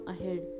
ahead